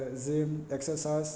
gym exercise